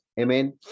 Amen